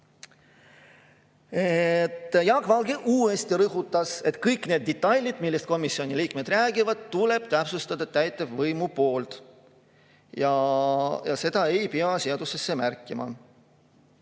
Jaak Valge rõhutas uuesti, et kõik need detailid, millest komisjoni liikmed räägivad, tuleb täpsustada täitevvõimul ja seda ei pea seadusesse märkima.